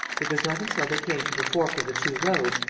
it was not until they came to the fork of the two roads,